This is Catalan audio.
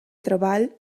treball